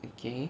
okay